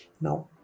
Now